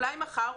אולי מחר,